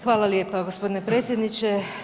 Hvala lijepa gospodine predsjedniče.